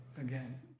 again